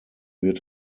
wird